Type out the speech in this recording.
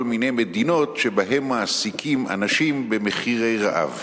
מיני מדינות שבהן מעסיקים אנשים במחירי רעב.